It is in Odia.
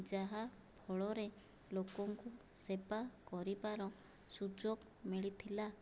ଯାହାଫଳରେ ଲୋକଙ୍କୁ ସେବା କରିବାର ସୁଯୋଗ ମିଳିଥିଲା